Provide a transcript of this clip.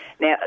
Now